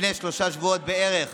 לפני שלושה שבועות בערך